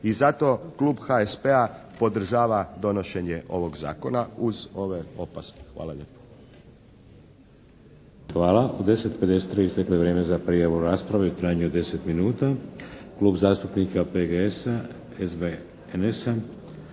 I zato Klub HSP-a podržava donošenje ovog Zakona uz ove opaske. Hvala lijepo. **Šeks, Vladimir (HDZ)** Hvala. U 10,53 isteklo je vrijeme za prijavu u raspravi u trajanju od 10 minuta. Klub zastupnika PGS-a, …